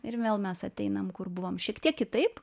ir vėl mes ateinam kur buvom šiek tiek kitaip